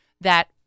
that-